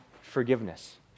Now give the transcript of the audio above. forgiveness